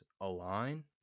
align